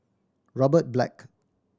Robert Black